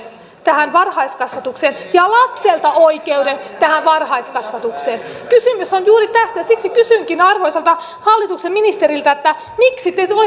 tähän varhaiskasvatukseen ja lapselta oikeuden tähän varhaiskasvatukseen kysymys on juuri tästä siksi kysynkin arvoisalta hallituksen ministeriltä miksi te olette